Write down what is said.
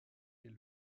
est